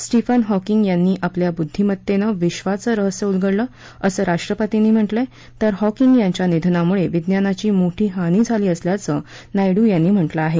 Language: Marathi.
स्टीफन हॉकिंग यांनी आपल्या बुद्धिमत्तेनं विक्षाचं रहस्य उलगडलं असं राष्ट्रपतींनी म्हटलंय तर हॉकिंग यांच्या निधनामुळे विज्ञानाची मोठी हानी झाली असल्याचं नायडू यांनी म्हटलं आहे